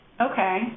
Okay